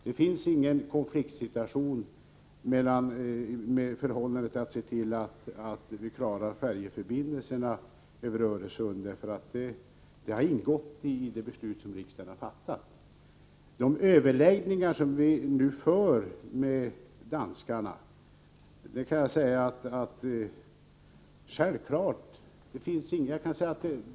Det finns ingen konflikt mellan intresset att lösa brofrågan och intresset att se till att vi klarar färjeförbindelserna över Öresund — båda delarna har ingått i det beslut riksdagen har fattat. De överläggningar som vi nu för med danskarna fortlöper mycket bra.